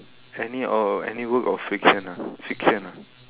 any oh any work of fiction ah fiction ah